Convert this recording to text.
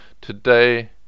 today